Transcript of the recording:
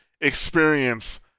experience